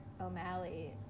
o'malley